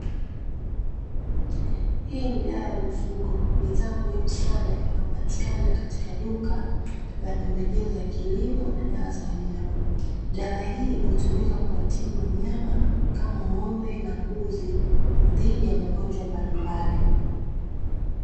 Hii ni dawa ya mifugo. Bidhaa muhimu sana inayopatikana katika duka la pembejeo za kilimo na dawa za wanyama. Dawa hii hutumika kuwatibu wanyama, kama ng'ombe na mbuzi dhidi ya magonjwa mbalimbali.